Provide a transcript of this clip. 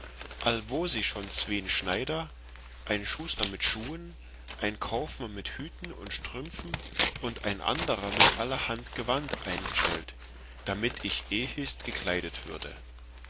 allwo sich schon zween schneider ein schuster mit schuhen ein kaufmann mit hüten und strümpfen und ein anderer mit allerhand gewand eingestellt damit ich ehist gekleidet würde